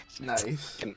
Nice